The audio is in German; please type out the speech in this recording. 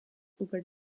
über